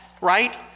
right